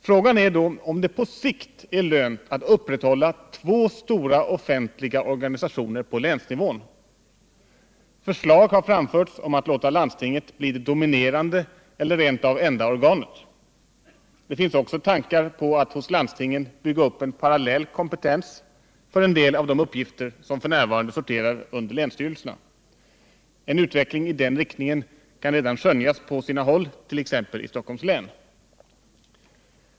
Frågan är då om det på sikt är lönt att upprätthålla två stora offentliga organisationer på länsnivån. Förslag har framförts om att låta landstinget bli det dominerande eller rent av enda organet. Det finns också tankar på att hos landstingen bygga upp en parallell kompetens för en del av de uppgifter som f. n. sorterar under länsstyrelserna. En utveckling i den riktningen kan redan skönjas på sina håll, t.ex. i Stockholms län.